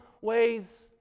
ways